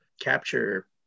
capture